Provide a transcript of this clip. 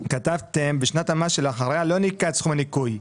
כתבתם 'בשנת המס שלאחריה לא ניכה את סכום הניכוי'.